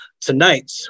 Tonight